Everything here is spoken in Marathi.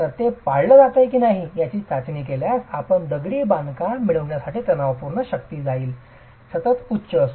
तर ते पाळले जाते की आपण ही चाचणी केल्यास आपण दगडी बांधकाम मिळविण्याची तणावपूर्ण शक्ती जाईल सतत उच्च असू